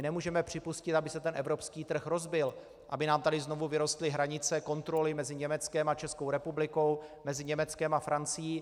Nemůžeme připustit, aby se evropský trh rozbil, aby nám tady znovu vyrostly hranice, kontroly mezi Německem a Českou republikou, mezi Německem a Francií.